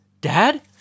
Dad